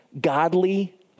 godly